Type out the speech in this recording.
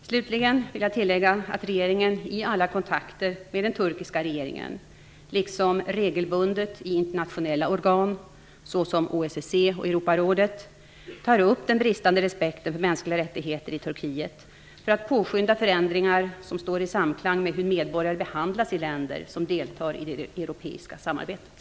Slutligen vill jag tillägga att regeringen i alla kontakter med den turkiska regeringen, liksom regelbundet i internationella organ såsom OSSE och Europarådet, tar upp den bristande respekten för mänskliga rättigheter i Turkiet för att påskynda förändringar som står i samklang med hur medborgare behandlas i länder som deltar i det europeiska samarbetet.